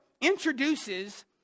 introduces